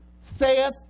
saith